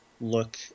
look